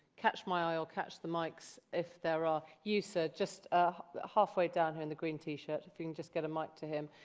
catch my eye or catch the mics if there are you sir, just ah halfway down here in the green t-shirt, if you can just get a mic to him.